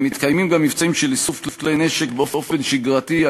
אני רוצה להתייחס לסוגיית הנשק הבלתי-חוקי.